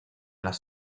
las